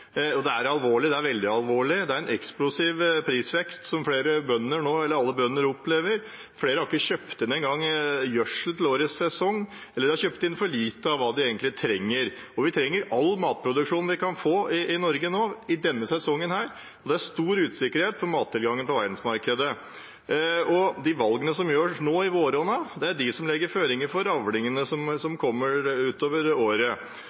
og det er alvorlig. Det er veldig alvorlig, det er en eksplosiv prisvekst alle bønder nå opplever. Flere har ikke engang kjøpt inn gjødsel til årets sesong, eller de har kjøpt mindre enn hva de egentlig trenger. Vi trenger all matproduksjon vi kan få i Norge nå i denne sesongen her, og det er stor usikkerhet om mattilgangen på verdensmarkedet. De valgene som gjøres nå i våronna, er de som legger føringer for avlingene som kommer utover året.